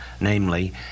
namely